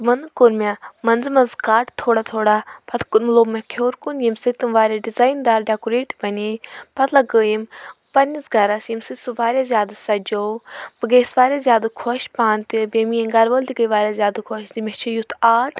یمن کوٚر مےٚ مَنٛزٕ مَنٛزٕ کَٹ تھوڑا تھوڑا پَتہٕ لوٚم مَکھ ہیوٚر کُن ییٚمہِ سۭتۍ تِم واریاہ ڈِزاین دار ڈیٚکُریٹ بَنے پَتہٕ لَگٲیم پَننِس گَرَس ییٚمہِ سۭتۍ سُہ واریاہ زیادٕ سَجو بہٕ گٔیَس واریاہ زیادٕ خۄش پانٕہ تہِ بیٚیہِ میٲنۍ گَر وٲلۍ تہِ گٔے واریاہ زیادٕ خۄش تہٕ مےٚ چھُ یُتھ آرٹ